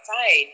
outside